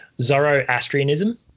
Zoroastrianism